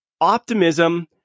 optimism